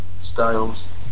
styles